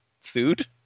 sued